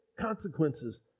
consequences